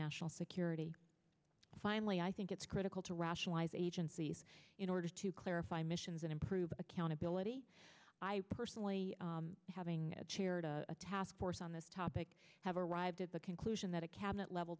national security finally i think it's critical to rationalize agencies in order to clarify missions and improve accountability i personally having a chair to a task force on this topic have arrived at the conclusion that a cabinet level